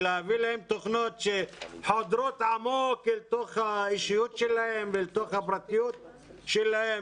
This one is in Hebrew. להביא להם תוכנות שחודרות עמוק לתוך האישיות שלהם ולתוך הפרטיות שלהם?